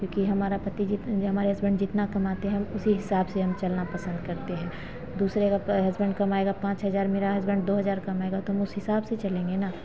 क्योंकि हमारा पति जित हमारे हसबैन्ड जितना कमाते हैं उसी हिसाब से हम चलना पसंद करते हैं दूसरे का हसबैन्ड कमाएगा पाँच हज़ार मेरा हसबैन्ड दो हज़ार कमाएगा तो हम उसी हिसाब से चलेंगे न